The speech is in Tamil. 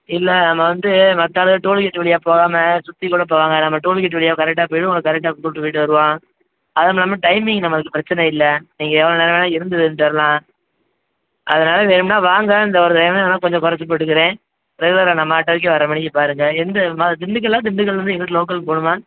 இல்லை நம்ம வந்து மற்ற ஆளுகள் டோல் கேட் வழியா போகாம சுற்றிக் கூட போவாங்க நம்ம டோல் கேட் வழியா கரெக்டாக போய்டுவோம் கரெக்டாக கூப்பிட்டு போய்விட்டு வருவோம் அதும் இல்லாமல் டைமிங் நம்மளுக்கு பிரச்சனை இல்லை நீங்கள் எவ்வளோ நேரம் வேண்ணாலும் இருந்து இருந்துவிட்டு வரலாம் அதனால் வேணும்னால் வாங்க இந்த ஒரு டைமு வேண்ணால் கொஞ்சம் கொறச்சு போட்டுக்குறேன் ரெகுலராக நம்ம ஆட்டோவுக்கே வர்ற மாதிரிக்கி பாருங்கள் எந்த ம திண்டுக்கல்லா திண்டுக்கல்லேருந்து எங்கிட்டு லோக்கல்க்கு போகணுமா